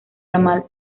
ramal